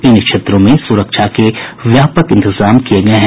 इन क्षेत्रों में सुरक्षा के व्यापक इंतजाम किये गये हैं